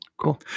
cool